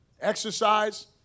exercise